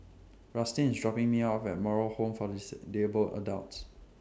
Rustin IS dropping Me off At Moral Home For Disabled Adults